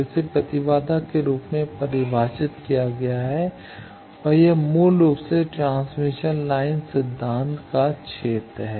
तो इसे प्रतिबाधा के रूप में परिभाषित किया गया है और यह मूल रूप से ट्रांसमिशन लाइन सिद्धांत का क्षेत्र है